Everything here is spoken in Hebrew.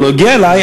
הוא לא הגיע אלי,